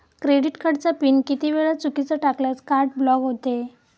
Credit कार्डचा PIN किती वेळा चुकीचा टाकल्यास कार्ड ब्लॉक होते?